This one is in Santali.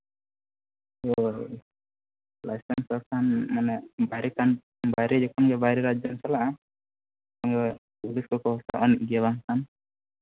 ᱦᱳᱭ ᱞᱟᱭᱥᱮᱱᱥ ᱯᱷᱟᱭᱥᱮᱱᱥ ᱵᱟᱭᱨᱮ ᱠᱟᱱ ᱢᱟᱱᱮ ᱵᱟᱭᱨᱮ ᱡᱚᱠᱷᱚᱱᱜᱮ ᱵᱟᱭᱨᱮ ᱨᱟᱡᱡᱚᱢ ᱪᱟᱞᱟᱜᱼᱟ ᱛᱚᱠᱠᱷᱚᱱ ᱜᱮ ᱯᱩᱞᱤᱥ ᱠᱚᱠᱚ ᱥᱟᱥᱟᱯᱟ ᱵᱟᱝᱠᱷᱟᱱ